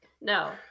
No